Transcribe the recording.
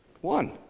One